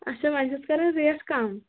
اچھا وۄںۍ چھس کَرٕنۍ ریٹ کم